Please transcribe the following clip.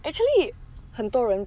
actually 很多人